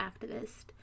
activist